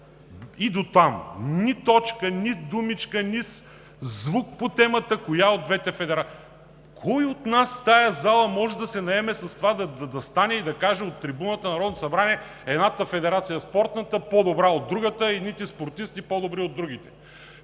И дотам – ни точка, ни думичка, ни звук по темата: коя от двете федерации? Кой от нас в тази зала може да се наеме с това да стане и да каже от трибуната на Народното събрание, че едната спортна федерация е по-добра от другата, едните спортисти са по-добри от другите?!